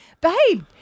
babe